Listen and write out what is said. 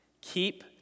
Keep